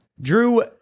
Drew